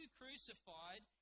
crucified